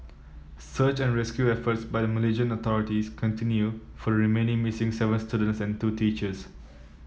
search and rescue efforts by the Malaysian authorities continue for the remaining missing seven students and two teachers